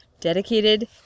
dedicated